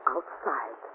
Outside